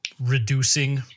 reducing